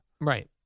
Right